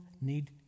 need